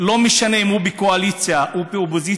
לא משנה אם הוא בקואליציה או באופוזיציה,